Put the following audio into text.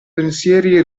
pensieri